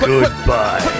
Goodbye